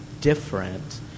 different